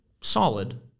solid